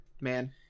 man